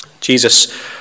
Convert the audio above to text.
Jesus